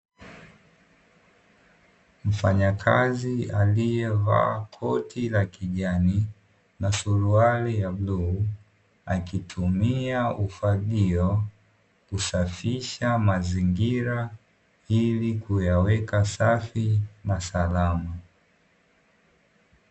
Mfanyakazi aliye vaa koti la kijani na suruali ya bluu akitumia ufagio kusafisha mazingira ili kuyaweka safi na salama.